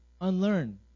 unlearn